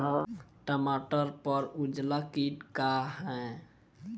टमाटर पर उजला किट का है?